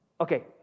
okay